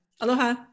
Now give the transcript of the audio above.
Aloha